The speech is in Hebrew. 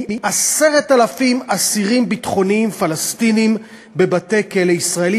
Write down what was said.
מ-10,000 אסירים ביטחוניים פלסטינים בבתי-כלא ישראליים,